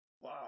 Wow